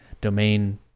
domain